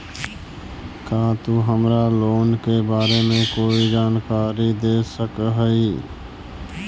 का तु हमरा लोन के बारे में कोई जानकारी दे सकऽ हऽ?